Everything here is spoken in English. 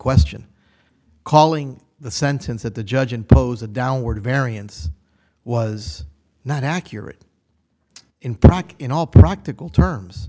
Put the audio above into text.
question calling the sentence that the judge impose a downward variance was not accurate in proc in all practical terms